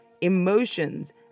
emotions